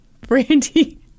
Brandy